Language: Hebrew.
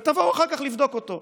ותבואו אחר כך לבדוק אותו.